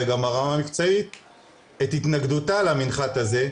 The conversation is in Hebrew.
את התנגדותה למנחת הזה,